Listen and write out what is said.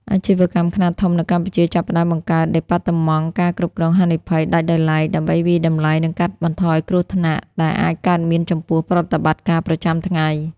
អាជីវកម្មខ្នាតធំនៅកម្ពុជាចាប់ផ្តើមបង្កើតដេប៉ាតឺម៉ង់ការគ្រប់គ្រងហានិភ័យដាច់ដោយឡែក ដើម្បីវាយតម្លៃ និងកាត់បន្ថយគ្រោះថ្នាក់ដែលអាចកើតមានចំពោះប្រតិបត្តិការប្រចាំថ្ងៃ។